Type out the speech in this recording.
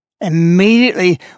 Immediately